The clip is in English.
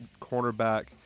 cornerback